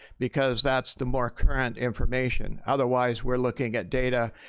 because that's the more current information. otherwise we're looking at data,